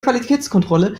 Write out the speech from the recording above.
qualitätskontrolle